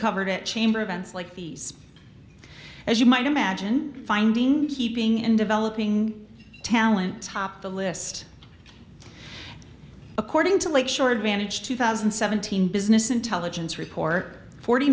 covered it chamber vents like these as you might imagine finding keeping and developing talent top the list according to lake shore advantage two thousand and seventeen business intelligence report forty